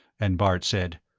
and bart said,